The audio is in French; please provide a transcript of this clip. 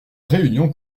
réunion